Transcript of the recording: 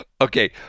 Okay